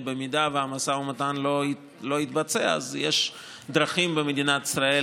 ואם המשא ומתן לא יתבצע אז יש דרכים במדינת ישראל